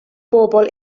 bobl